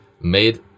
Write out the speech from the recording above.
made